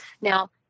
Now